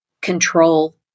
control